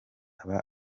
aba